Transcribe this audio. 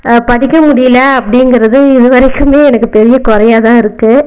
படிக்க முடியல அப்படிங்கறது இது வரைக்குமே எனக்கு பெரிய குறையா தான் இருக்குது